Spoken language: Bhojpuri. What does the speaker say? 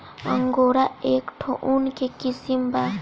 अंगोरा एक ठो ऊन के किसिम बा